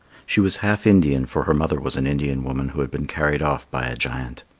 she was half indian, for her mother was an indian woman who had been carried off by a giant.